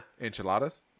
Enchiladas